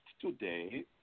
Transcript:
today